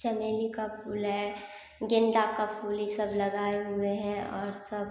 चमेली का फूल है गेंदा का फूल ये सब लगाए हुए हें और सब